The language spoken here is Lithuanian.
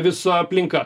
visa aplinka